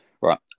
right